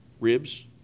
ribs